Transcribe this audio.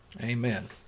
Amen